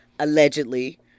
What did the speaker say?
Allegedly